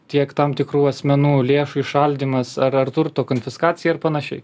tiek tam tikrų asmenų lėšų įšaldymas ar ar turto konfiskacija ir panašiai